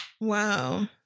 Wow